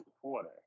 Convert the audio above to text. quarter